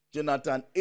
Jonathan